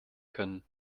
können